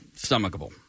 stomachable